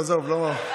עזוב, לא.